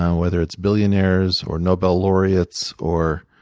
um whether it's billionaires, or nobel laureates, or